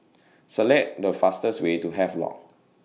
Select The fastest Way to Havelock